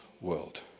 world